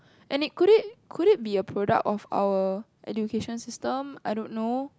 and it could it could it be a product of our education system I don't know